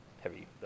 heavy